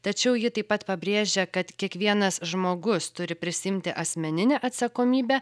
tačiau ji taip pat pabrėžia kad kiekvienas žmogus turi prisiimti asmeninę atsakomybę